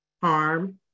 harm